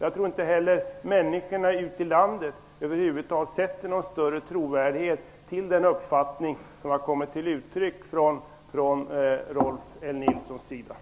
Jag tror inte heller att människorna ute i landet sätter någon större tilltro till den uppfattning som Rolf L Nilson har givit uttryck för.